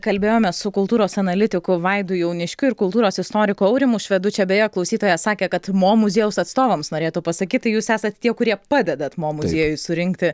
kalbėjomės su kultūros analitiku vaidu jauniškiu ir kultūros istoriku aurimu švedu čia beje klausytoja sakė kad mo muziejaus atstovams norėtų pasakyt tai jūs esat tie kurie padedat mo muziejui surinkti